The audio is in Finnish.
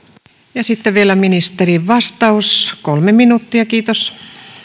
ja sitten vielä ministerin vastaus kolme minuuttia kiitos